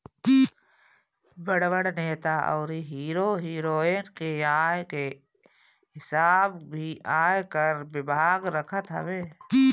बड़ बड़ नेता अउरी हीरो हिरोइन के आय के हिसाब भी आयकर विभाग रखत हवे